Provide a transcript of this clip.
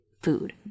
food